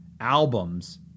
Albums